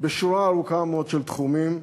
בשורה ארוכה מאוד של תחומים,